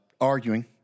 arguing